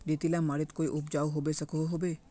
रेतीला माटित कोई उपजाऊ होबे सकोहो होबे?